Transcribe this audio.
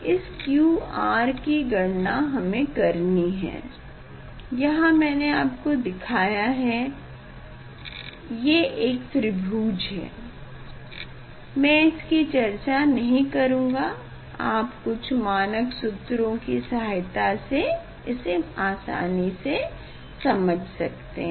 इस QR की गणना हमे करनी है यहाँ मैने आपको दिखाया है ये एक त्रिभुज है मैं इसकी चर्चा नहीं करूँगा आप कुछ मानक सूत्रों की सहायता से इसे आसानी से समझ सकते है